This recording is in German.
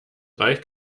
reicht